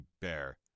bear